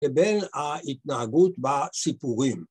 ‫ובין ההתנהגות בסיפורים.